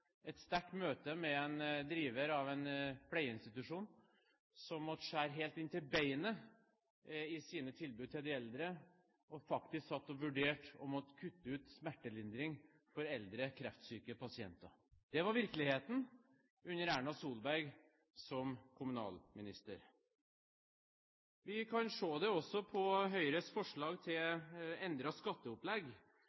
et sterkt møte med en driver av en pleieinstitusjon som måtte skjære helt inn til beinet i sine tilbud til de eldre, og som faktisk satt og vurderte å måtte kutte ut smertelindring for eldre kreftsyke pasienter. Det var virkeligheten under Erna Solberg som kommunalminister. Vi kan se det også på Høyres forslag til